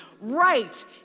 right